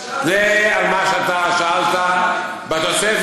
--- זה על מה שאתה שאלת בתוספת,